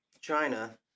China